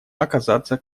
оказаться